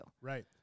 Right